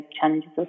challenges